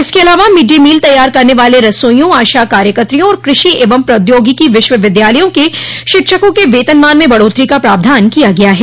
इसके अलावा mid day meal तैयार करने वाले रसोइयों आशा कार्यकत्रियों और कृषि एवं प्रौद्योगिकी विश्वविद्यालयों के शिक्षकों के वेतनमान में बढ़ोत्तरी का प्रावधान किया गया है